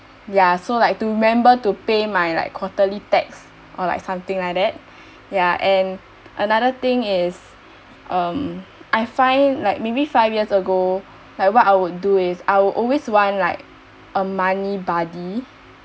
yeah so like to remember to pay my like quarterly tax or like something like that ya and another thing is um I find like maybe five years ago like what I would do is I would always want like a money buddy